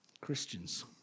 Christians